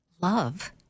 Love